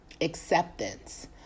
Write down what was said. acceptance